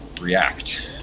react